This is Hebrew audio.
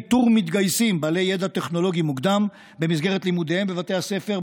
איתור מתגייסים בעלי ידע טכנולוגי מוקדם במסגרת לימודיהם בבתי הספר,